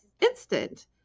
instant